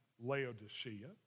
Laodicea